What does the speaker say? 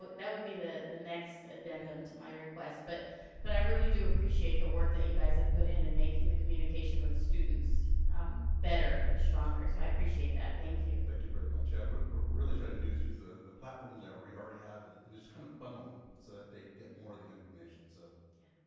but that would be the the next addendum to my request, but but i really do appreciate the work that you guys have put in in making the communication with students better, and stronger, so i appreciate that, thank you. thank you very much. yeah, what we're really trying to do is use ah the platforms that we already have and and just kinda funnel, so that they get more of the information. so yeah.